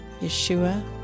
Yeshua